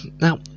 now